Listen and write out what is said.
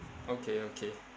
okay okay